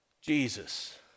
Jesus